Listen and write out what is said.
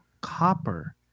copper